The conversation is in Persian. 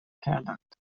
کردند